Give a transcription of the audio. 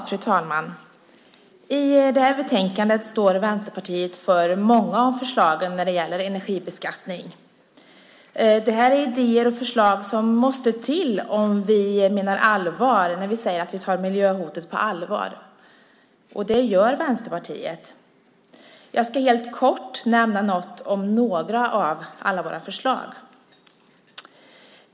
Fru talman! I det här betänkandet står Vänsterpartiet för många av förslagen när det gäller energibeskattning. Det här är idéer och förslag som måste till om vi menar allvar när vi säger att vi tar miljöhotet på allvar, och det gör Vänsterpartiet. Jag ska helt kort nämna något om några av alla våra förslag.